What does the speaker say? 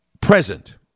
present